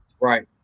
Right